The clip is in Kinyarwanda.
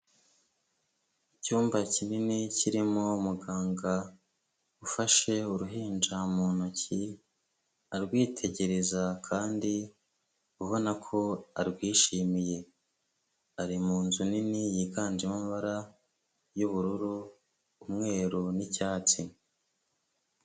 Icyumba kinini kirimo umuganga ufashe uruhinja mu ntoki arwitegereza kandi ubona ko arwishimiye, ari mu nzu nini yiganjemo amabara y'ubururu, umweru n'icyatsi.